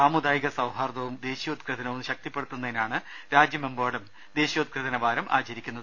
സാമുദായിക സൌഹാർദ്ദവും ദേശീയോദ്ഗ്രഥനവും ശക്തിപ്പെടുത്തുന്നതിനാണ് രാജ്യമെമ്പാടും ദേശീയോ ദ്ഗ്രഥന വാരം ആചരിക്കുന്നത്